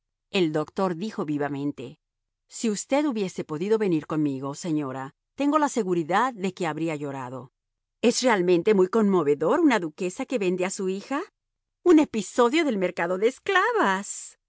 el doctor dijo vivamente si usted hubiese podido venir conmigo señora tengo la seguridad de que habría llorado es realmente muy conmovedor una duquesa que vende a su hija un episodio del mercado de esclavas